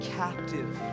captive